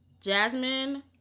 Jasmine